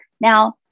Now